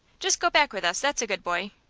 just go back with us, that's a good boy.